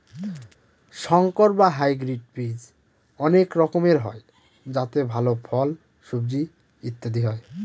সংকর বা হাইব্রিড বীজ অনেক রকমের হয় যাতে ভাল ফল, সবজি ইত্যাদি হয়